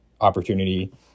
opportunity